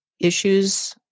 issues